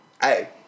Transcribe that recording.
hey